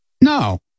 No